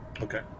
okay